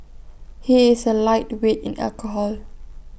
he is A lightweight in alcohol